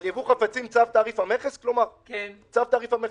על ייבוא חפצים, צו תעריף המכס?